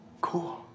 Cool